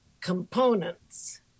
components